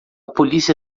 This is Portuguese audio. polícia